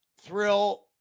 thrill-